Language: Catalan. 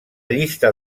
llista